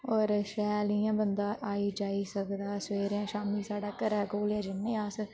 होर शैल इ'यां बंदा आई जाई सकदा सवेरे शामी साढ़ै घरै कोल गै जन्ने अस